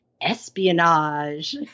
espionage